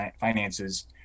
finances